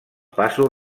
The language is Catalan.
passos